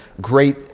great